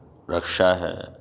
رکشہ ہے